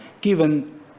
given